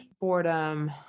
boredom